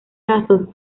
lazos